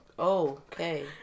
Okay